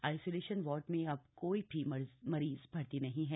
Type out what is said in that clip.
isolation ward में अब कोई भी मरीज भर्ती नहीं है